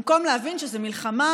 במקום להבין שזו מלחמה,